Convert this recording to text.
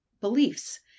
beliefs